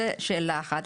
זו שאלה אחת.